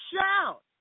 Shout